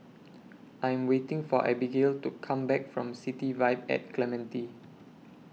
I'm waiting For Abigail to Come Back from City Vibe At Clementi